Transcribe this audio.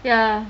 ya